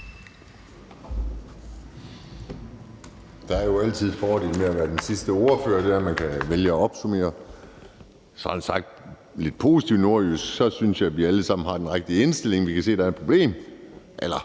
Der er jo altid en fordel ved at være den sidste ordfører, og det er, at man kan vælge at opsummere, og sagt sådan lidt positivt på nordjysk synes jeg, vi alle sammen har den rigtige indstilling. De fleste af os kan se, at der er et problem,